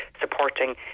supporting